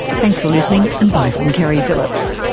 thanks for listening and bye from keri philips